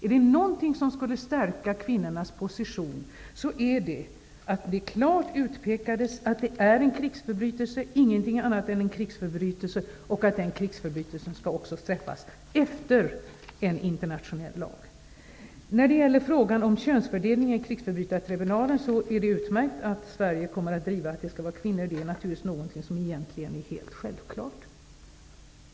Är det någonting som skulle stärka kvinnornas position så är det att det klart pekades ut att våldtäkter är en krigsförbrytelse och ingenting annat än en krigsförbrytelse, och att de skall straffas efter en internationell lag. När det gäller frågan om könsfördelningen i krigsförbrytartribunalen är det utmärkt att Sverige kommer att driva att kvinnor skall vara med -- det är naturligtvis någonting som egentligen är helt självklart.